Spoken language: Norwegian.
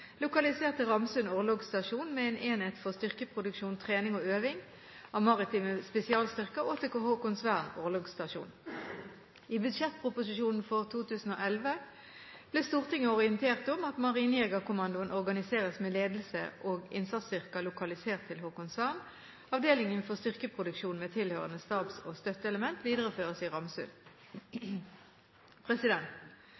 til Ramsund orlogsstasjon, med en enhet for styrkeproduksjon, trening og øving av maritime spesialstyrker, og til Haakonsvern orlogsstasjon.» I budsjettproposisjonen for 2011 ble Stortinget orientert om følgende: «Marinejegerkommandoen organiseres med ledelse og innsatsstyrker lokalisert til Haakonsvern. Avdelingen for styrkeproduksjon med tilhørende stabs- og støtteelement videreføres i Ramsund.»